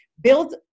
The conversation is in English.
build